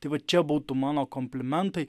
tai vat čia būtų mano komplimentai